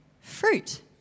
fruit